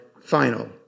final